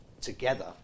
together